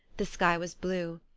the sky was blue.